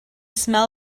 smell